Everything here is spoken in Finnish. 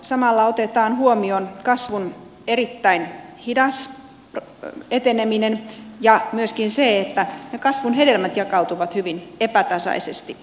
samalla otetaan huomioon kasvun erittäin hidas eteneminen ja myöskin se että ne kasvun hedelmät jakautuvat hyvin epätasaisesti